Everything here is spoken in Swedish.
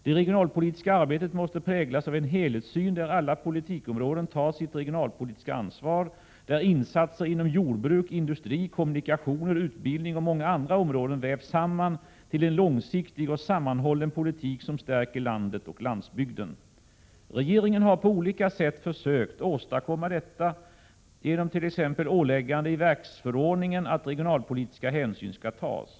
Det regionalpolitiska arbetet måste präglas av en helhetssyn, där alla politikområden tar sitt regionalpolitiska ansvar, där insatser inom jordbruk, industri, kommunikationer, utbildning och många andra områden vävs samman till en långsiktig och sammanhållen politik som stärker landet och landsbygden. Regeringen har på olika sätt försökt åstadkomma detta genom t.ex. åläggande i verksförordningen att regionalpolitiska hänsyn skall tas.